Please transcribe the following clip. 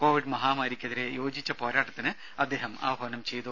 Covid മഹാമാരിക്കെതിരെ യോജിച്ച പോരാട്ടത്തിന് അദ്ദേഹം ആഹ്വാനം ചെയ്തു